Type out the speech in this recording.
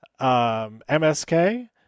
MSK